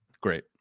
great